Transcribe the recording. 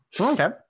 Okay